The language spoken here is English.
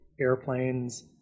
Airplanes